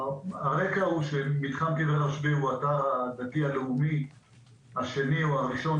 הרקע הוא שמתחם קבר הרשב"י הוא האתר הדתי הלאומי השני או הראשון,